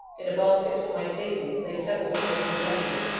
in a basket, on my table, lay several unopened letters,